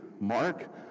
Mark